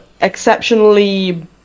exceptionally